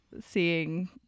seeing